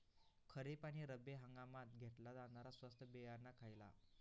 खरीप आणि रब्बी हंगामात घेतला जाणारा स्वस्त बियाणा खयला?